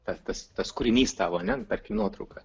tas tas tas kūrinys tavo ar ne tarkim nuotrauka